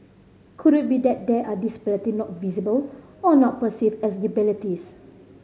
could it be that there are disability not visible or not perceived as disabilities